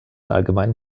allgemeinen